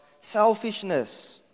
selfishness